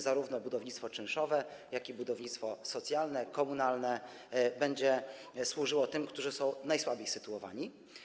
Zarówno budownictwo czynszowe, jak i budownictwo socjalne, komunalne będą służyły tym, którzy są najgorzej sytuowani.